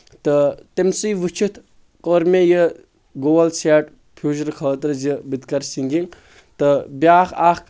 تہٕ تٔمسٕے وُچھِتھ کوٚر مےٚ یہِ گول سیٹ فوٗچرٕ خٲطرٕ زِ بہٕ تہِ کر سِنٛگِنٛگ تہٕ بیاکھ اکھ